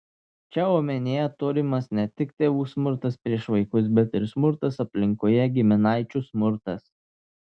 čia omenyje turimas ne tik tėvų smurtas prieš vaikus bet ir smurtas aplinkoje giminaičių smurtas